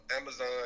Amazon